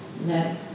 that-